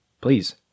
Please